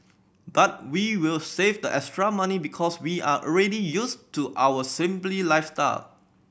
but we will save the extra money because we are already used to our simply lifestyle